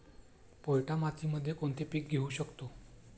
पोयटा मातीमध्ये कोणते पीक घेऊ शकतो?